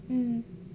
mm